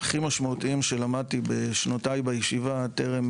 הכי משמעותיים שלמדתי בשנותיי בישיבה טרם